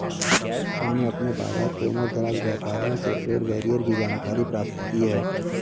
मैंने अपने बाज़ार के उमरदराज व्यापारियों से ट्रेड बैरियर की जानकारी प्राप्त की है